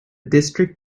district